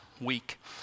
week